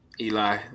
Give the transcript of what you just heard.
Eli